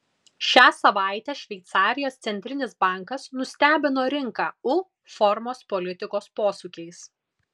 šią savaitę šveicarijos centrinis bankas nustebino rinką u formos politikos posūkiais